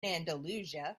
andalusia